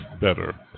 better